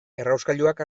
errauskailuak